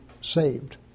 saved